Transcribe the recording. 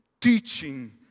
Teaching